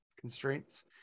constraints